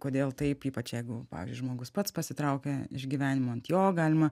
kodėl taip ypač jeigu pavyzdžiui žmogus pats pasitraukia iš gyvenimo ant jo galima